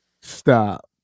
Stop